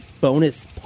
bonus